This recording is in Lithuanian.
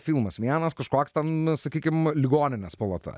filmas vienas kažkoks ten sakykim ligoninės palata